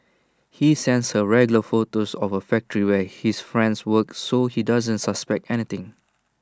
he sends her regular photos of A factory where his friend works so she doesn't suspect anything